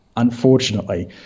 Unfortunately